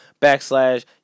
backslash